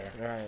Right